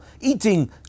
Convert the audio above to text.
Eating